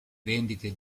vendite